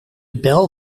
bel